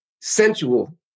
sensual